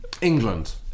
England